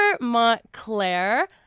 Montclair